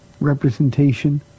representation